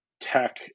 tech